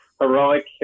heroic